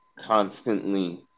constantly